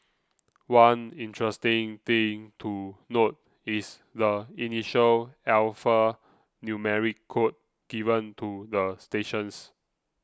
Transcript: one interesting thing to note is the initial alphanumeric code given to the stations